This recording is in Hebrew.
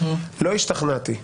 לא השתכנעתי,